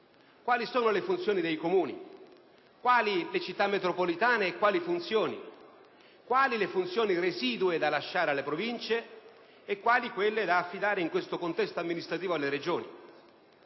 quali siano le funzioni dei Comuni, quali le Città metropolitane e le relative funzioni, quali le funzione residue da lasciare alle Province e quali quelle da affidare in questo contesto amministrativo alle Regioni.